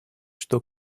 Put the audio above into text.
что